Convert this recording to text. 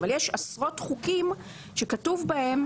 אבל יש עשרות חוקים שכתוב בהם,